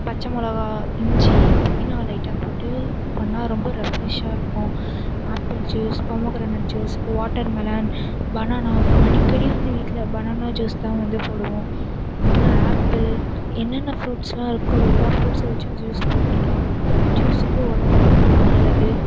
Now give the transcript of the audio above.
பச்சை மிளகா இஞ்சி புதினா லைட்டாக போட்டு பண்ணால் ரொம்ப ரெஃப்ரெஷ்ஷாக இருக்கும் apple juice pomegranate juice watermelon banana அடிக்கடி வந்து வீட்டில் பனானா ஜூஸ் தான் வந்து போடுவோம் அப்புறம் ஆப்பிள் என்னென்ன ஃபுரூட்ஸ்லாம் இருக்கோ எல்லா ஃபுரூட்ஸை வெச்சும் ஜூஸ் போட்டுடலாம் ஜூஸ் வந்து உடம்புக்கு ரொம்ப நல்லது